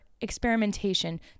experimentation